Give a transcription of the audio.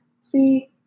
see